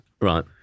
Right